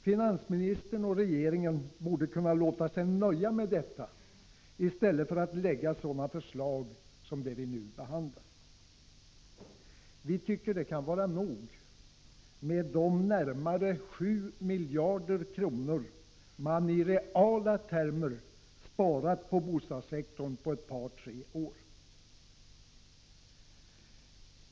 Finansministern och regeringen borde kunna låta sig nöja med detta i stället för att lägga fram sådana förslag som det vi nu behandlar. Vi tycker det kan vara nog med de närmare 7 miljarder kronor man i reala termer sparat på bostadssektorn på ett par tre år.